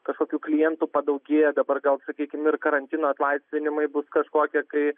kažkokių klientų padaugėja dabar gal sakykim ir karantino atlaisvinimai bus kažkokie tai